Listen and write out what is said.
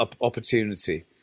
opportunity